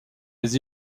les